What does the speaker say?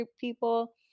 people